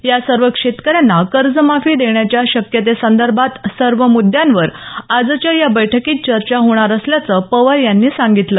या सर्व शेतकऱ्यांना कर्जमाफी देण्याच्या शक्यतेसंदर्भात सर्व मुद्यांवर आजच्या या बैठकीत चर्चा होणार असल्याचं पवार यांनी सांगितलं